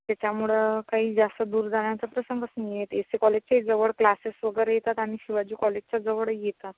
तेच्यामुळं काही जास्त दूर जाण्याचा प्रसंगच नाही आहे एस ए कॉलेजच्याही जवळ क्लासेस वगैरे येतात आणि शिवाजी कॉलेजच्या जवळही येतात